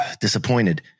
disappointed